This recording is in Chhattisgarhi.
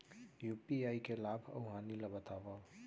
यू.पी.आई के लाभ अऊ हानि ला बतावव